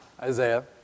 Isaiah